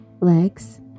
legs